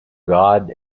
god